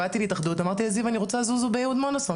באתי להתאחדות ואמרתי לזיו שאני רוצה "זוזו" ביהוד-מונוסון,